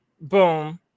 boom